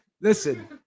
listen